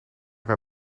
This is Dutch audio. naar